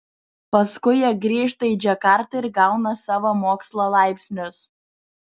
paskui jie grįžta į džakartą ir gauna savo mokslo laipsnius